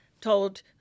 told